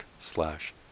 slash